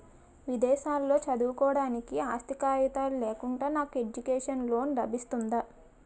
విదేశాలలో చదువుకోవడానికి ఆస్తి కాగితాలు లేకుండా నాకు ఎడ్యుకేషన్ లోన్ లబిస్తుందా?